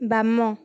ବାମ